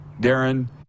darren